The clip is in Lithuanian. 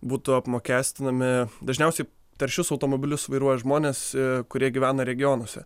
būtų apmokestinami dažniausiai taršius automobilius vairuoja žmonės kurie gyvena regionuose